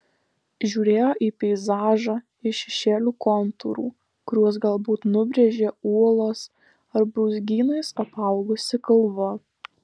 žiūrėjo į peizažą iš šešėlių kontūrų kuriuos galbūt nubrėžė uolos ar brūzgynais apaugusi kalva